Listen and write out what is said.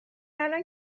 الان